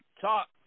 talk